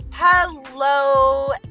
Hello